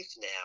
now